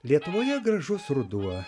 lietuvoje gražus ruduo